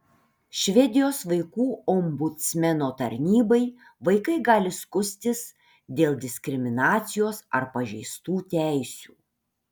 švedijos vaikų ombudsmeno tarnybai vaikai gali skųstis dėl diskriminacijos ar pažeistų teisių